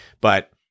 but-